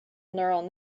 neural